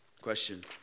Question